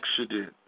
accident